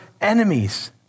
enemies